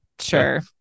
Sure